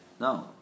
No